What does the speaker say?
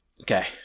Okay